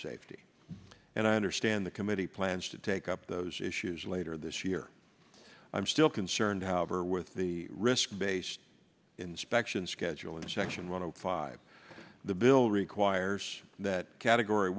safety and i understand the committee plans to take up those issues later this year i'm still concerned however with the risk based inspection schedule in section one hundred five the bill requires that category